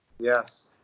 Yes